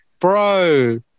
bro